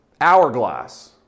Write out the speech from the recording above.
hourglass